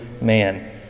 man